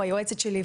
היועצת שלי,